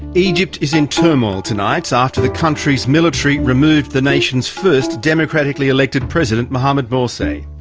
egypt is in turmoil tonight after the country's military removed the nation's first democratically elected president, mohammed morsi.